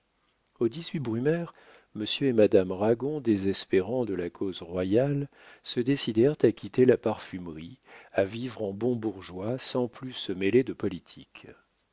au brumaire monsieur et madame ragon désespérant de la cause royale se décidèrent à quitter la parfumerie à vivre en bons bourgeois sans plus se mêler de politique